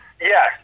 Yes